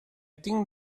think